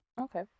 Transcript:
Okay